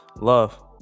love